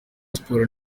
sports